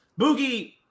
Boogie